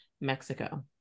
Mexico